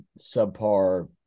subpar